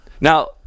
Now